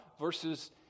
versus